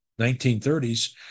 1930s